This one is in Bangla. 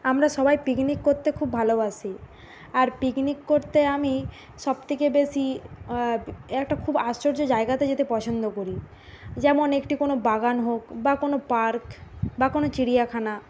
আমরা সবাই পিকনিক করতে খুব ভালোবাসি আর পিকনিক করতে আমি সবথেকে বেশি একটা খুব আশ্চর্য জায়গাতে যেতে পছন্দ করি যেমন একটি কোনো বাগান হোক বা কোনো পার্ক বা কোনো চিড়িয়াখানা